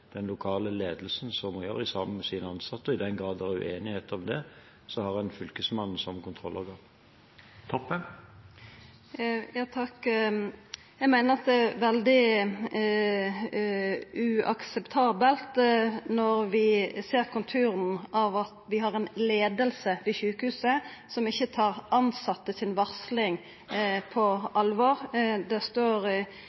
den lokale ledelsen gjøre, sammen med de ansatte. I den grad det er uenighet om det, har en Fylkesmannen som kontrollorgan. Eg meiner det er veldig uakseptabelt når vi ser konturane av at vi har ei leiing ved sjukehuset som ikkje tar tilsette si varsling på alvor. Det står i